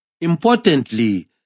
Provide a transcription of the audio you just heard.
Importantly